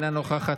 אינה נוכחת,